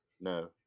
No